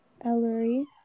Ellery